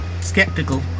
skeptical